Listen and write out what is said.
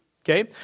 Okay